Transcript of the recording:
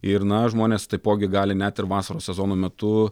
ir na žmonės taipogi gali net ir vasaros sezono metu